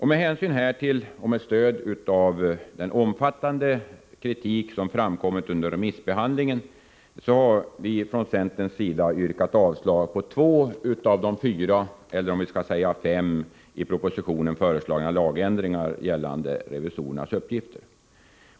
Med hänsyn härtill och med stöd av den omfattande kritik som framkommit under remissbehandlingen har vi från centerns sida yrkat avslag på två av de fem i propositionen föreslagna lagändringarna gällande revisorernas uppgifter.